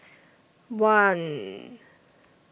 one